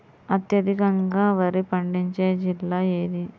అత్యధికంగా వరి పండించే జిల్లా ఏది?